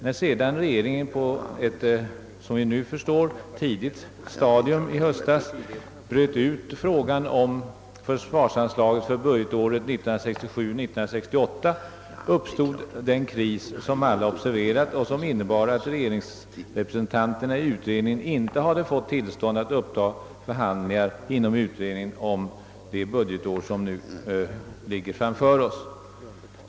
När sedan regeringen på ett, som vi nu förstår, tidigt stadium i höstas bröt ut frågan om försvarsanslaget för budgetåret 1967/68 uppstod den kris som alla observerat och som innebär att regeringsrepresentanterna i utredningen inte hade fått tillstånd att uppta förhandlingar inom utredningen om det budgetår som nu ligger framför oss.